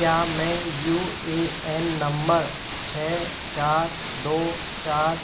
क्या मैं U A N number छः चार दो चार